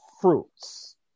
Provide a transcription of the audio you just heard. fruits